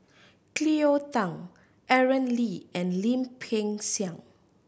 Cleo Thang Aaron Lee and Lim Peng Siang